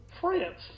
France